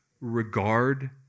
regard